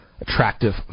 attractive